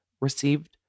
received